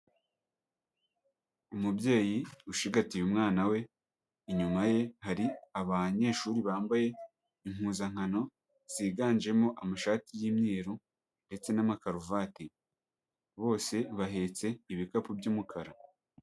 Umubyeyi ushigatiye umwana we. Inyuma ye hari abanyeshuri bambaye impuzankano ziganjemo amashati y'imyeru ndetse n'amakaruvati. Bose bahetse ibikapu by'umukara.